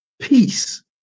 peace